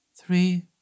three